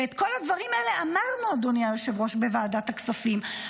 ואת כל הדברים האלה אמרנו בוועדת הכספים,